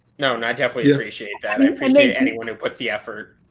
no. and i definitely appreciate that. i i mean appreciate anyone who puts the effort.